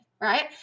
right